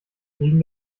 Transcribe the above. wegen